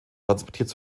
transportiert